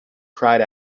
cried